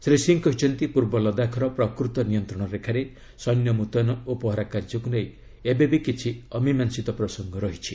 ଶ୍ରୀ ସିଂ କହିଚ୍ଚନ୍ତି ପୂର୍ବ ଲଦାଖର ପ୍ରକୃତ ନିୟନ୍ତ୍ରଣରେଖାରେ ସୈନ୍ୟ ମୁତ୍ୟନ ଓ ପହରା କାର୍ଯ୍ୟକୁ ନେଇ ଏବେ ବି କିଛି ଅମୀମାଂସିତ ପ୍ରସଙ୍ଗ ରହିଛି